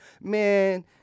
Man